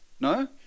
no